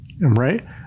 right